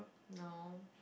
no